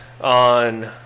on